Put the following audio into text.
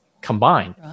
combined